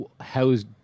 how's